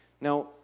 Now